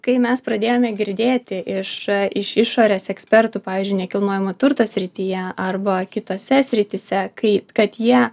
kai mes pradėjome girdėti iš iš išorės ekspertų pavyzdžiui nekilnojamo turto srityje arba kitose srityse kai kad jie